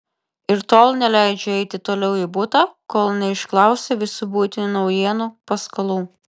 ir tol neleidžia eiti toliau į butą kol neišklausia visų buitinių naujienų paskalų